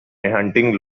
hunting